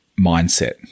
mindset